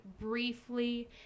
briefly